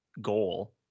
goal